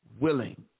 willing